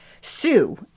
sue